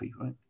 right